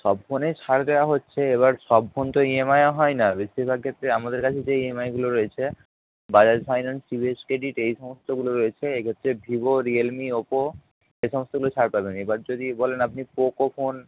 সব ফোনেই ছাড় দেওয়া হচ্ছে এবার সব ফোন তো ই এম আইয়ে হয় না বেশিরভাগ ক্ষেত্রে আমাদের কাছে যে ই এম আইগুলো রয়েছে Bajaj finance three B H কেটিতে এই সমস্তগুলো রয়েছে এইগুলো হচ্ছে ভিভো রিয়েলমি ওপো এসমস্তগুলোয় ছাড় পাবেন এবার যদি বলেন আপনি পোকো ফোন